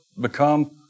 become